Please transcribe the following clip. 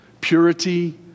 Purity